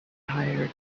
tired